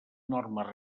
normes